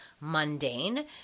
mundane